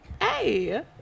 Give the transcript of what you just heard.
Hey